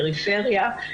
פריפריה,